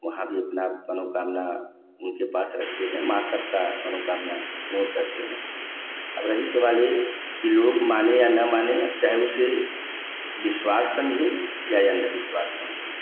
वहाँ भी अपना मनोकामना उनके पास रखते हैं माँ सबका मनोकामना पूर्ण करते हैं अब रईस वाले लोग माने या ना माने अब चाहे उसे विश्वास समझें या अंधविश्वास समझें